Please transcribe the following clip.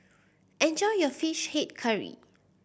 enjoy your Fish Head Curry